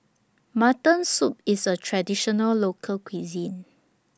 Mutton Soup IS A Traditional Local Cuisine